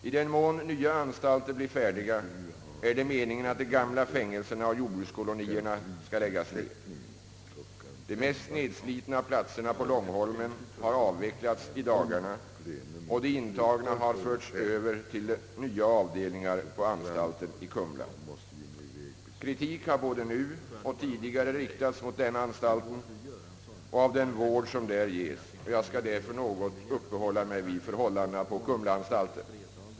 I den mån nya anstalter blir färdiga är det meningen att de gamla fängelserna och jordbrukskolonierna skall läggas ner. De mest nedslitna platserna på Långholmen har avvecklats i dagarna och de intagna har förts över till nya avdelningar på anstalten i Kumla, Kritik har både nu och tidigare riktats mot denna anstalt och av den vård som där ges. Jag vill därför något uppehålla mig vid förhållandena på Kumlaanstalten.